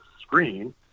screen